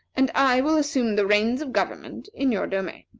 and i will assume the reins of government in your domain.